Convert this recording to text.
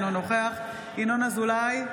אינו נוכח ינון אזולאי,